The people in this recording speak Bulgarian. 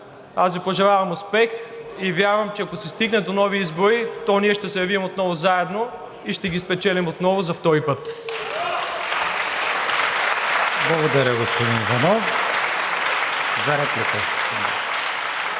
Аз Ви пожелавам успех и вярвам, че ако се стигне до нови избори, то ние ще се явим отново заедно и ще ги спечелим отново за втори път. (Ръкопляскания от